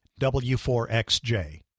W4XJ